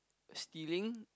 stealing